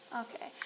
Okay